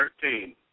Thirteen